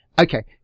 Okay